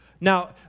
Now